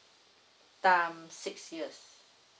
times six years